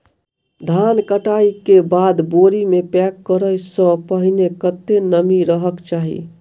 धान कटाई केँ बाद बोरी मे पैक करऽ सँ पहिने कत्ते नमी रहक चाहि?